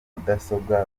mudasobwa